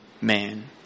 man